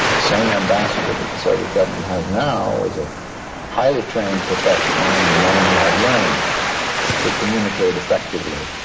same ambassador that the soviet government has now, is a highly trained professional and a man who had learned to communicate effectively,